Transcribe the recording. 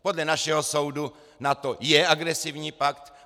Podle našeho soudu NATO je agresivní pakt!